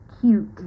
cute